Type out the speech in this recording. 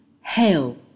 hail